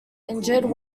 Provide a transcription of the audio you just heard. injured